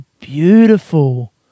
beautiful